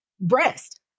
breast